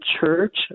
church